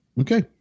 Okay